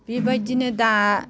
बेबायदिनो दा